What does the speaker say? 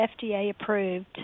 FDA-approved